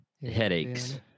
headaches